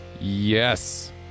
Yes